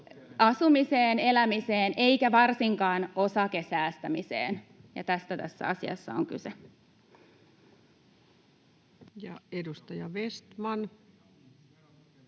asumiseen, elämiseen eikä varsinkaan osakesäästämiseen. Ja tästä tässä asiassa on kyse. [Speech